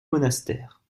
monastère